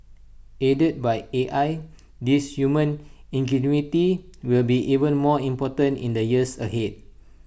aided by A I this human ingenuity will be even more important in the years ahead